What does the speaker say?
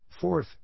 Fourth